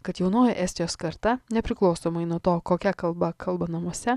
kad jaunoji estijos karta nepriklausomai nuo to kokia kalba kalba namuose